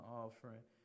offering